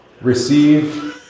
Receive